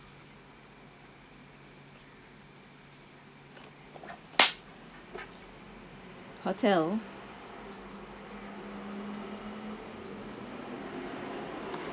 hotel